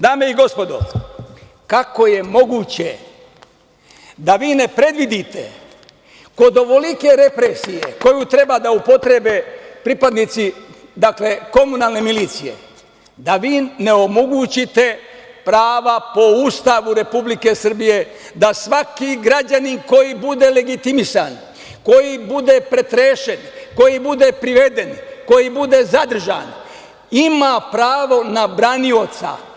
Dame i gospodo, kako je moguće da vi ne predvidite kod ovolike represije koju treba da upotrebe pripadnici, dakle, komunalne milicije, da vi ne omogućite prava po Ustavu Republike Srbije da svaki građanin koji bude legitimisan, koji bude pretresen, koji bude priveden, koji bude zadržan, ima pravo na branioca?